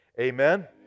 Amen